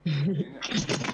בבקשה.